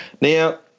Now